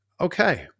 okay